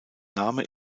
name